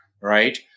right